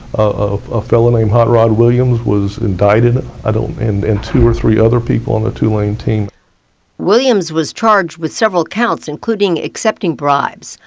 a fellow named hot rod williams was indicted and and two or three other people on the like and team. williams was charged with several counts including accepting bribes.